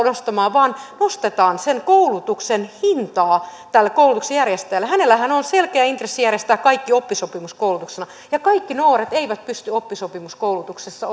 nostamaan vaan nostetaan koulutuksen hintaa tälle koulutuksen järjestäjälle hänellähän on selkeä intressi järjestää kaikki oppisopimuskoulutuksena ja kaikki nuoret eivät pysty oppisopimuskoulutuksessa